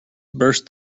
burst